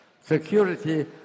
Security